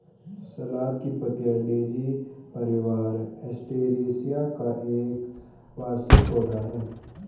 सलाद की पत्तियाँ डेज़ी परिवार, एस्टेरेसिया का एक वार्षिक पौधा है